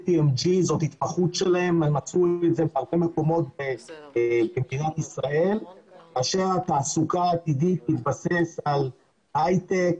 ההתמחות של חברת KPMG. התעסוקה העתידית תתבסס על היי-טק,